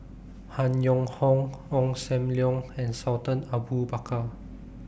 Han Yong Hong Ong SAM Leong and Sultan Abu Bakar